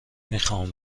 میخام